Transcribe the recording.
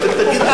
אתם תגידו.